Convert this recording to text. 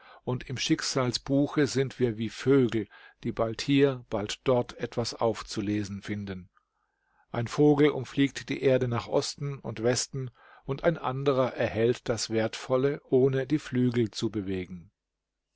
und im schicksalsbuche sind wir wie vögel die bald hier bald dort etwas aufzulesen finden ein vogel umfliegt die erde nach osten und westen und ein anderer erhält das wertvolle ohne die flügel zu bewegen